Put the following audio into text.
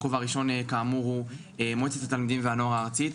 הכובע הראשון כאמור הוא מועצת התלמידים והנוער הארצית,